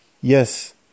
Yes